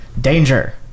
danger